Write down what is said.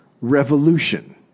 Revolution